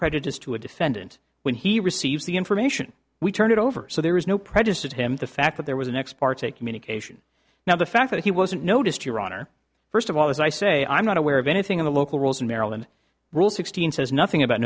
prejudice to a defendant when he receives the information we turn it over so there is no prejudice of him the fact that there was an ex parte communication now the fact that he wasn't noticed your honor first of all as i say i'm not aware of anything in the local rules in maryland rules sixteen says nothing about